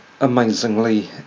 amazingly